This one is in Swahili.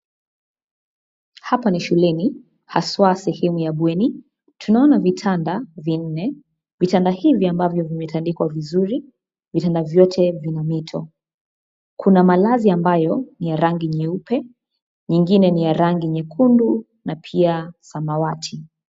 Hapa ni shuleni, haswa sehemu ya bweni, tunaona vitanda vinne, vitanda hivi ambavyo vimetandikwa vizuri, vitanda vyote vina mito, kuna malazi ambayo, ni ya rangi nyeupe, nyingine ni ya rangi nyekundu, na pia samawati.